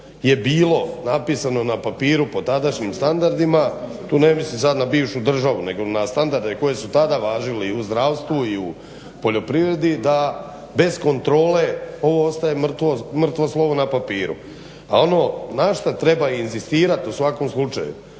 je bilo napisano na papiru po tadašnjim standardima, tu ne mislim sada na bivšu državu nego na standarde koji su tada važili i u zdravstvu i u poljoprivredi da bez kontrole ovo ostaje mrtvo slovo na papiru. A ono na što treba inzistirat u svakom slučaju,